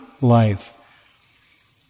life